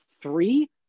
three